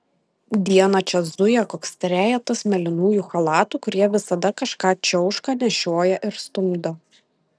dieną čia zuja koks trejetas mėlynųjų chalatų kurie visada kažką čiauška nešioja ir stumdo